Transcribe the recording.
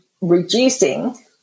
Reducing